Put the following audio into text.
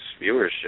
viewership